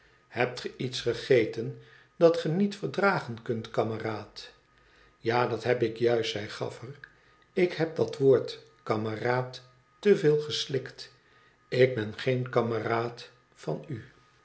hebt ge iets gegeten dat e niet verdragen kunt kameraad tja dat heb ik juist zeide gaflfer tik heb dat woord kameraad te veel geslikt ik ben geen kameraad van u